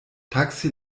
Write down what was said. taksi